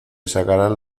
sacaran